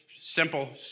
simple